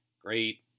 Great